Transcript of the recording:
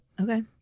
okay